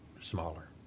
smaller